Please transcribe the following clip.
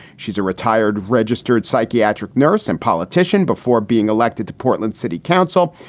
she's a retired registered psychiatric nurse and politician before being elected to portland city council.